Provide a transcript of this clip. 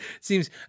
seems